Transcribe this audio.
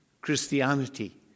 Christianity